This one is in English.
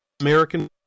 American